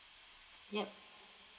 yup